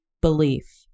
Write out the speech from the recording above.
belief